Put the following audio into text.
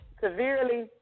severely